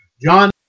John